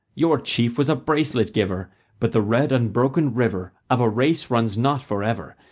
your chief was a bracelet-giver but the red unbroken river of a race runs not for ever,